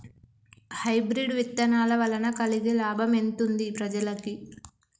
Hybrid విత్తనాల వలన కలిగే లాభం ఎంతుంది ప్రజలకి?